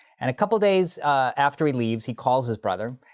and a couple days after he leaves, he calls his brother.